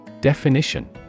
Definition